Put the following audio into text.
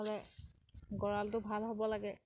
গঁৰালটো ভাল হ'ব লাগে